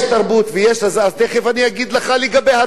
אז תיכף אני אגיד לך לגבי התחלואה,